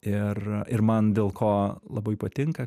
ir ir man dėl ko labai patinka